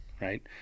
right